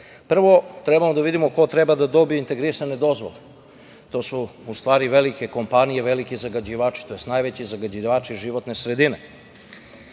treba da vidimo ko treba da dobije integrisane dozvole. To su u stvari velike kompanije, veliki zagađivači, tj. najveći zagađivači životne sredine